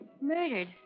Murdered